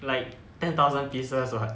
like ten thousand pieces right